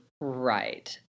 Right